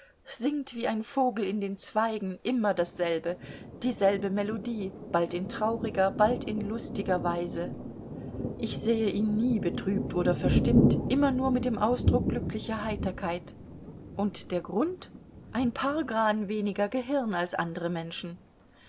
singt wie ein vogel in den zweigen immer dasselbe dieselbe melodie bald in trauriger bald in lustiger weise ich sehe ihn nie betrübt oder verstimmt immer nur mit dem ausdruck glücklicher heiterkeit und der grund ein paar gran weniger gehirn als andere menschen